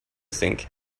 think